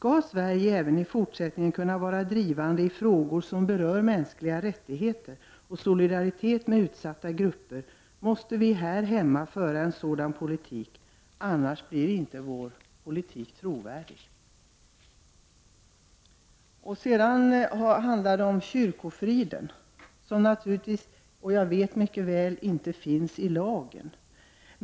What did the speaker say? Om Sverige fortsättningsvis skall kunna vara drivande i frågor som gäller mänskliga rättigheter och solidaritet med utsatta grupper, måste vi här hemma föra en likadan politik, annars blir inte vår politik trovärdig. Det handlar också om kyrkofriden, som jag mycket väl vet inte finns inskriven i lag.